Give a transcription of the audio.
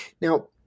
Now